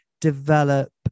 develop